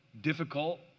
difficult